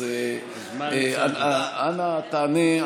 מה אני צריך, אנא, תענה.